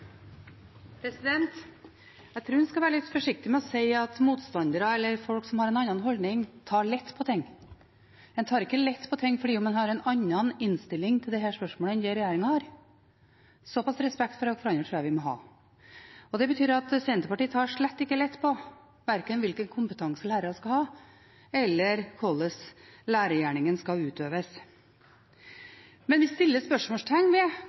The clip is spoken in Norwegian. meg. Jeg tror en skal være litt forsiktige med å si at motstandere eller folk som har en annen holdning, tar lett på ting. En tar ikke lett på ting fordi man har en annen innstilling til dette spørsmålet enn det regjeringen har – såpass respekt for hverandre tror jeg vi må ha. Det betyr at Senterpartiet slett ikke tar lett på verken hvilken kompetanse lærerne skal ha, eller hvordan lærergjerningen skal utøves. Men vi setter spørsmålstegn ved